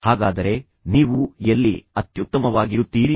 ಹಾಗಾದರೆ ನೀವು ಎಲ್ಲಿ ಅತ್ಯುತ್ತಮವಾಗಿರುತ್ತೀರಿ